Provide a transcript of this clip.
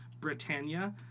Britannia